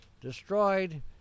destroyed